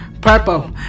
purple